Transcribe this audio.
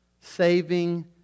Saving